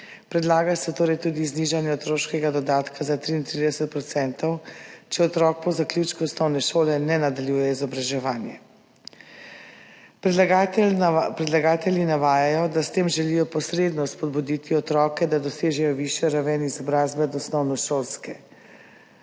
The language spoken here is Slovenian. Predlaga se tudi znižanje otroškega dodatka za 33 %, če otrok po zaključku osnovne šole ne nadaljuje izobraževanja. Predlagatelji navajajo, da s tem želijo posredno spodbuditi otroke, da dosežejo višjo raven izobrazbe od osnovnošolske.